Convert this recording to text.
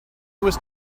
was